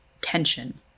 tension